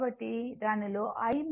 కాబట్టి దానిలో I